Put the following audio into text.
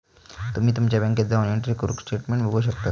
तुम्ही तुमच्या बँकेत जाऊन एंट्री करून स्टेटमेंट बघू शकतास